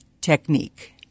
technique